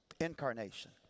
incarnation